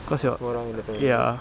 cause your ya